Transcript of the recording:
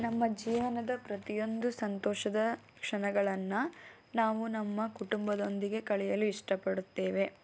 ನಮ್ಮ ಜೀವನದ ಪ್ರತಿಯೊಂದು ಸಂತೋಷದ ಕ್ಷಣಗಳನ್ನು ನಾವು ನಮ್ಮ ಕುಟುಂಬದೊಂದಿಗೆ ಕಳೆಯಲು ಇಷ್ಟಪಡುತ್ತೇವೆ